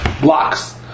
blocks